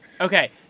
okay